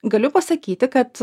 galiu pasakyti kad